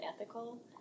ethical